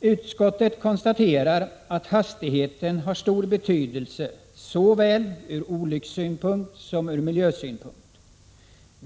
Utskottet konstaterar att hastigheten har stor betydelse såväl ur olyckssynpunkt som ur miljösynpunkt.